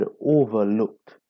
overlooked